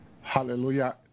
hallelujah